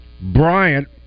Bryant